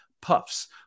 Puffs